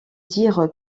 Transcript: dire